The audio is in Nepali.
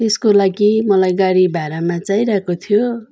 त्यसको लागि मलाई गाडी भाडामा चाहिरहेको थियो